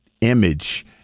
image